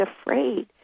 afraid